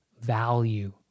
value